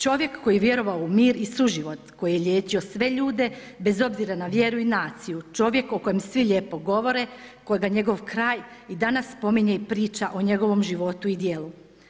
Čovjek koji je vjerovao u mir i suživot, koji je liječio sve ljude bez obzira na vjeru i naciju, čovjek o kojem svi lijepo govore, kojega njegov kraj i danas spominje i priča o njegovom životu i djelu.